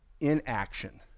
inaction